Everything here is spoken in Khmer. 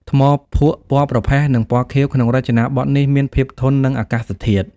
ថ្មភក់ពណ៌ប្រផេះ និងពណ៌ខៀវក្នុងរចនាបថនេះមានភាពធន់នឹងអាកាសធាតុ។